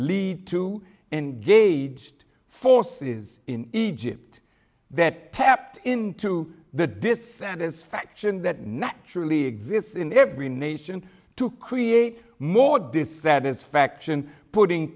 lead to engaged forces in egypt that tapped into the dissatisfaction that naturally exists in every nation to create more dissatisfaction putting